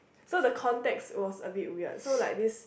so the context was a bit weird so like this